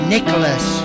Nicholas